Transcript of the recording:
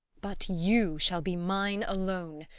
but you shall be mine alone!